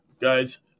Guys